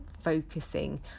focusing